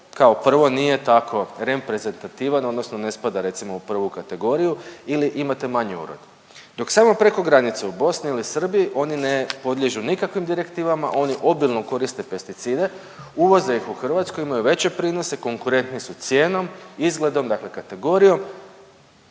kao prvo nije tako reprezentativan odnosno ne spada recimo u prvu kategoriju ili imate manji urod. Dok samo preko granice u Bosni ili Srbiji oni ne podliježu nikakvim direktivama, oni obilno koriste pesticide, uvoze ih u Hrvatsku, imaju veće prinose konkurenti su cijenom, izgledom, dakle kategorijom,